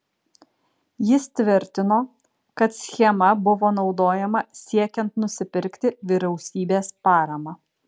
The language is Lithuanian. jis tvirtino kad schema buvo naudojama siekiant nusipirkti vyriausybės paramą